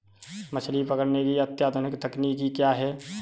मछली पकड़ने की अत्याधुनिक तकनीकी क्या है?